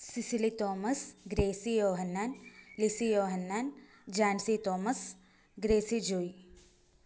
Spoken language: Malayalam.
സിസിലി തോമസ് ഗ്രേസി യോഹന്നാൻ ലിസി യോഹന്നാൻ ജാൻസി തോമസ് ഗ്രേസി ജോയി